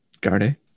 Garde